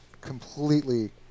completely